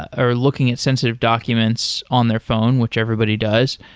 or looking at sensitive documents on their phone, which everybody does,